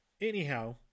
anyhow